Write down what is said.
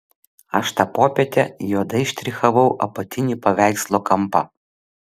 aš tą popietę juodai štrichavau apatinį paveikslo kampą